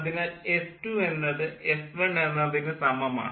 അതിനാൽ എസ്2 എന്നത് എസ്1 എന്നതിന് സമമാണ്